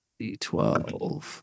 D12